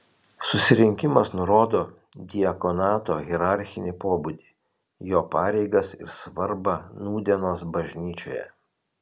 susirinkimas nurodo diakonato hierarchinį pobūdį jo pareigas ir svarbą nūdienos bažnyčioje